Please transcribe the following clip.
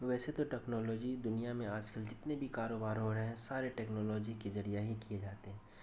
ویسے تو ٹیکنالوجی دنیا میں آج کل جتنے بھی کاروبار ہو رہے ہیں سارے ٹیکنالوجی کے ذریعہ ہی کیے جاتے